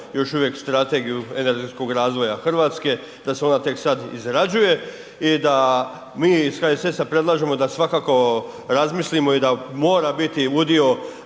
još uvijek strategiju energetskog razvoja Hrvatske, da se ona tek sad izrađuje. I da mi iz HSS-a predlažemo da svakako razmislimo i da mora biti udio